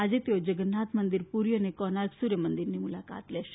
આજે તેઓ જગન્નાથ મંદિર પુરી અને કોર્નાક સૂર્ય મંદિરની મુલાકાત લેશે